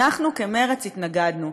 אנחנו, מרצ, התנגדנו.